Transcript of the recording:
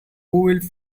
will